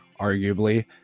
arguably